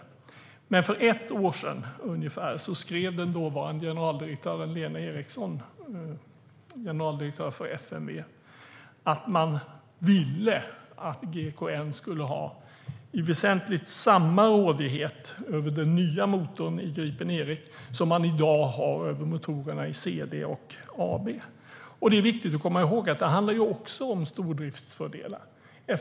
För ungefär ett år sedan skrev den dåvarande generaldirektören för FMV Lena Erixon att man ville att GKN skulle ha i väsentligt samma rådighet över den nya motorn i Gripen E som man i dag har över motorerna i C B. Det är viktigt att komma ihåg att det också handlar om stordriftsfördelar.